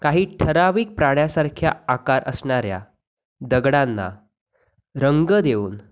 काही ठरावीक प्राण्यासारख्या आकार असणाऱ्या दगडांना रंग देऊन